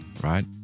right